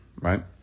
right